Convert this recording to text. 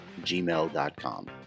gmail.com